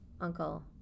uncle